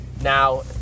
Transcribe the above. now